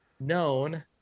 Known